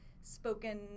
spoken